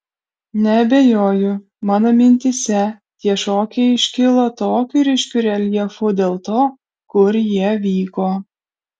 neabejoju mano mintyse tie šokiai iškilo tokiu ryškiu reljefu dėl to kur jie vyko